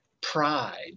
pride